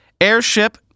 Airship